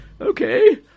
Okay